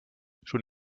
schon